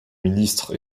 ministre